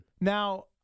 Now